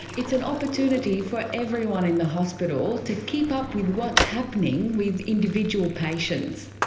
it's an opportunity for everyone in the hospital to keep up with what's happening with individual patients.